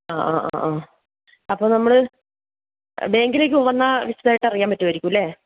ആ ആ ആ അപ്പോ നമ്മള് ബേങ്കിലേക്ക് വന്നാൽ വിശദാമായിട്ട് അറിയാൻ പറ്റുമായിരിക്കില്ലെ